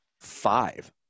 five